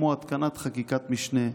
כמו התקנת חקיקת משנה,